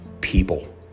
people